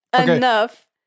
enough